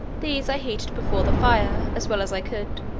these i heated before the fire, as well as i could,